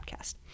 podcast